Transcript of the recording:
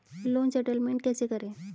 Loan settlement कैसे करें?